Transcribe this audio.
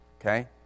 Okay